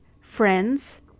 Friends